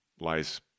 lies